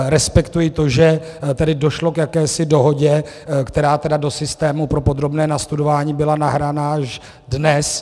Respektuji to, že tedy došlo k jakési dohodě, která tedy do systému pro podrobné nastudování byla nahrána až dnes.